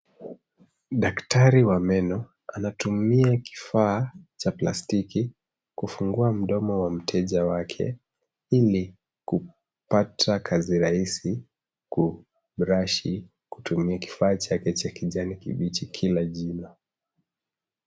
Daktari wa meno anatumia kifaa cha plastiki kufungua mdomo wa mteja wake ili kupata kazi rahisi kubrashi kutumia kifaa chake cha kijani kibichi kila jino.